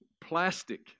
plastic